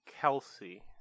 Kelsey